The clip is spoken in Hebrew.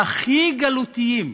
הכי גלותיים,